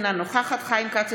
אינה נוכחת חיים כץ,